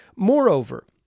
Moreover